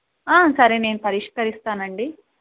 సరే నేను పరిష్కరిస్తాను అండి